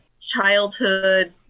childhood